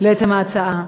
לעצם ההצעה: